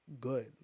Good